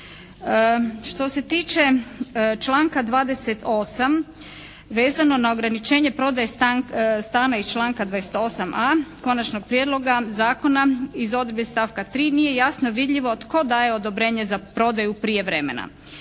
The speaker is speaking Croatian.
Što se tiče članka 28. vezano na ograničenje prodaje stana iz članka 28a. konačnog prijedloga zakona iz odredbe stavka 3. nije jasno vidljivo tko daje odobrenje za prodaju privremena.